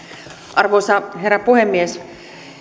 arvoisa herra puhemies